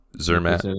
Zermatt